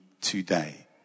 today